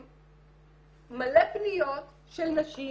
מלא פניות של נשים